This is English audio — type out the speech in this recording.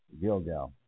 Gilgal